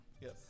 Yes